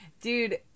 Dude